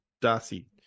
Darcy